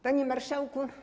Panie Marszałku!